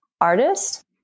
artist